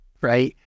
Right